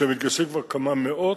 מתגייסים כבר כמה מאות,